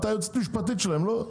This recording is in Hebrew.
את היועצת המשפטית שלהם, לא?